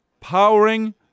powering